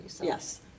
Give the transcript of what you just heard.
yes